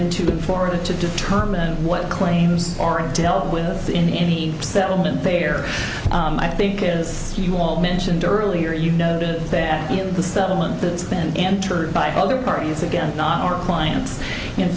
into the florida to determine what claims aren't dealt with in any settlement there i think as you all mentioned earlier you noted that in the settlement that it's been entered by other parties again not our clients in